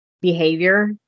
behavior